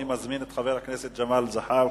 אני מזמין את חבר הכנסת ג'מאל זחאלקה,